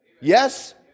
Yes